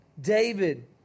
David